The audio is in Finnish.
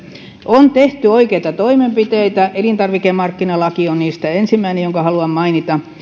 on tehty oikeita toimenpiteitä elintarvikemarkkinalaki on niistä ensimmäinen jonka haluan mainita